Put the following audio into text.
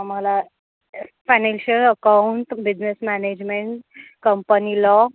मला financial account business management company law